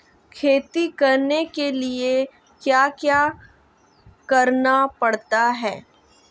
खेती करने के लिए क्या क्या करना पड़ता है?